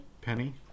penny